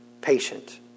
patient